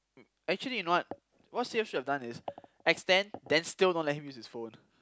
actually you know what what they should have done is extend then still don't let him use his phone